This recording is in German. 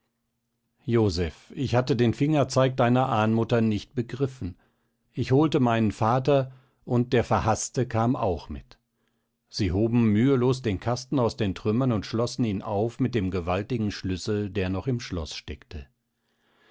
joseph ich hatte den fingerzeig deiner ahnmutter nicht begriffen ich holte meinen vater und der verhaßte kam auch mit sie hoben mühelos den kasten aus den trümmern und schlossen ihn auf mit dem gewaltigen schlüssel der noch im schlosse steckte